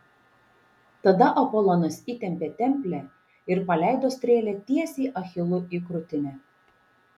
tada apolonas įtempė templę ir paleido strėlę tiesiai achilui į krūtinę